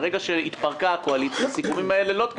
מרגע שהתפרקה הקואליציה הסיכומים הללו לא תקפים.